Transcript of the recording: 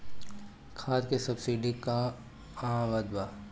खाद के सबसिडी क हा आवत बा?